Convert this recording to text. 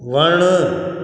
वणु